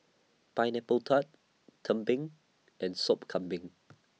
Pineapple Tart Tumpeng and Sop Kambing